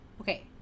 Okay